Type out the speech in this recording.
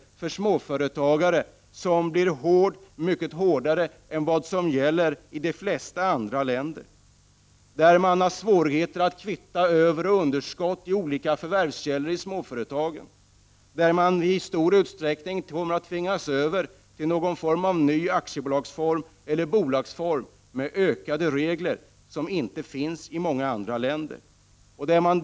Denna beskattning blir mycket hårdare än motsvarande beskattning i de flesta andra länder. Det kommer att bli svårigheter att kvitta överskott mot underskott i olika förvärvskällor, och man kommer i stor utsträckning att tvingas över till något slags ny aktiebolagsform eller bolagsform med skärpta regler av ett slag som inte finns i många andra länder.